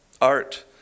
art